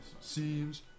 Seems